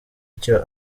icyo